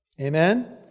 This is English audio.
Amen